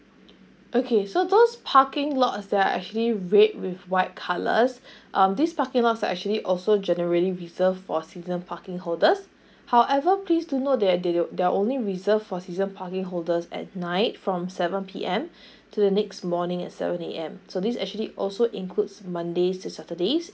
okay so those parking lot as they are actually red with white colours um this parking lots are actually also generally reserve for season parking holders however please do note that they they they are only reserved for season parking holders at night from seven P_M to the next morning at seven A_M so this actually also includes mondays to saturdays